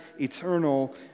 eternal